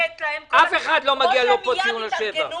לאף אחד פה לא מגיע ציון לשבח.